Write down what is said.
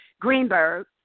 Greenberg